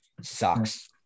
sucks